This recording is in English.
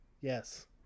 Yes